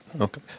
Okay